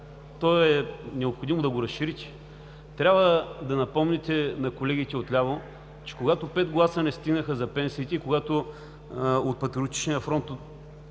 че е необходимо да го разширите. Трябва да напомните на колегите отляво, че когато пет гласа не стигнаха за пенсиите, когато от „Патриотичния фронт“